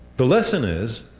the lesson is,